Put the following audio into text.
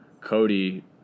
Cody